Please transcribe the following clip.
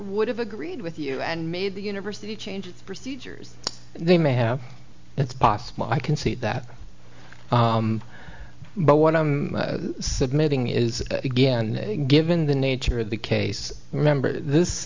would have agreed with you and made the university change procedures they may have it's possible i can see that but what i'm submitting is again given the nature of the case remember this